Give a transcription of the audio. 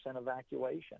evacuation